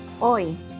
Hoy